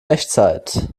echtzeit